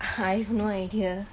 I have no idea